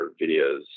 videos